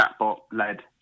chatbot-led